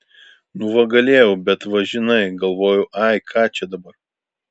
nu va galėjau bet va žinai galvoju ai ką čia dabar